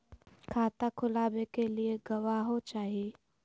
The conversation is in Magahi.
खाता खोलाबे के लिए गवाहों चाही?